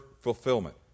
fulfillment